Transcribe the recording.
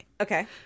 okay